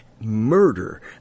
murder